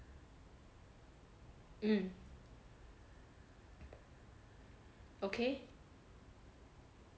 mm okay